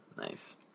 nice